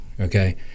okay